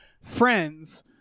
friends